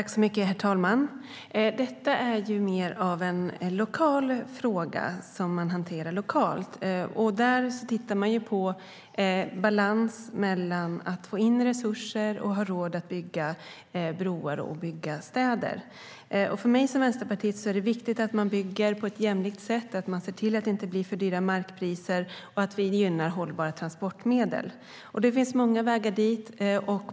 Herr talman! Det är mer av en lokal fråga. Den hanteras lokalt. Man tittar på balansen mellan att få in resurser och att ha råd att bygga broar och annat. För mig som vänsterpartist är det viktigt att man bygger på ett jämlikt sätt, att man ser till att det inte blir för höga markpriser och att vi gynnar hållbara transportmedel. Det finns många vägar att nå dit.